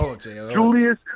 Julius